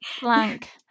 Blank